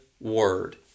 word